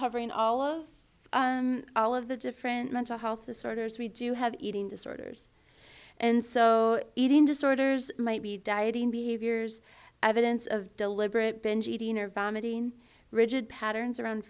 covering all of all of the different mental health disorders we do have eating disorders and so eating disorders might be dieting behaviors evidence of deliberate binge eating or vomiting rigid patterns around